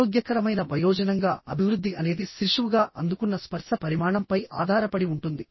ఆరోగ్యకరమైన వయోజనంగా అభివృద్ధి అనేది శిశువుగా అందుకున్న స్పర్శ పరిమాణంపై ఆధారపడి ఉంటుంది